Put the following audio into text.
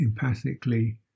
empathically